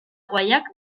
guayak